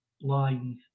lines